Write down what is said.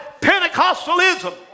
Pentecostalism